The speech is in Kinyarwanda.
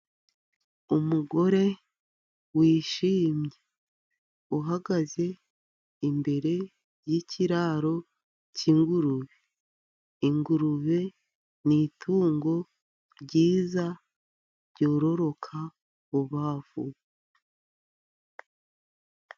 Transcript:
Umugore wishimye, uhagaze imbere y'ikiraro cyingurube. Ingurube ni itungo ryiza ryororoka vubavuba.